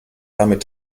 damit